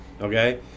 okay